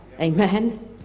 amen